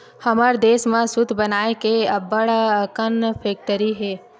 हमर देस म सूत बनाए के अब्बड़ अकन फेकटरी हे